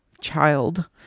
child